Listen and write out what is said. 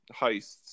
heists